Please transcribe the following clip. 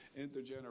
intergenerational